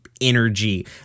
energy